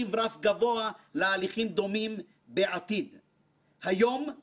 אני גאה לומר שעמדנו באתגר שהיה לפתחנו בהצלחה רבה.